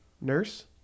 Nurse